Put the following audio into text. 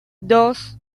dos